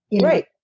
Right